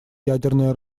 ядерное